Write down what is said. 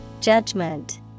Judgment